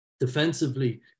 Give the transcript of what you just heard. Defensively